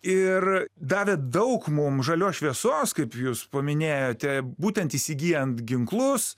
ir davė daug mum žalios šviesos kaip jūs paminėjote būtent įsigyjant ginklus